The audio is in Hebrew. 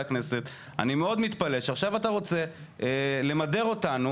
הכנסת אני מאוד מתפלא שעכשיו אתה רוצה למדר אותנו.